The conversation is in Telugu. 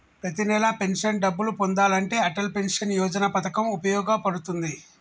ప్రతి నెలా పెన్షన్ డబ్బులు పొందాలంటే అటల్ పెన్షన్ యోజన పథకం వుపయోగ పడుతుంది